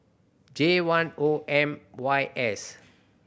J one O M Y S